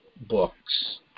Books